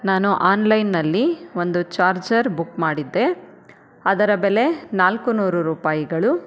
ನಾನು ಆನ್ಲೈನ್ನಲ್ಲಿ ಒಂದು ಚಾರ್ಜರ್ ಬುಕ್ ಮಾಡಿದ್ದೆ ಅದರ ಬೆಲೆ ನಾಲ್ಕು ನೂರು ರೂಪಾಯಿಗಳು